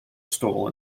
stole